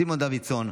סימון דוידסון,